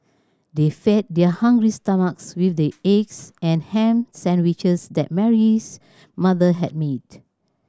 they fed their hungry stomachs with the eggs and ham sandwiches that Mary's mother had made